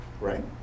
right